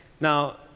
Now